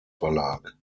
verlag